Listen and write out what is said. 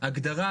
הגדרת